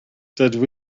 dydw